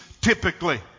typically